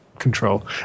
control